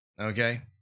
Okay